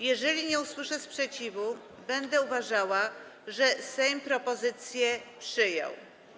Jeżeli nie usłyszę sprzeciwu, będę uważała, że Sejm propozycję przyjął.